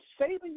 saving